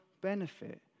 benefit